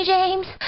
James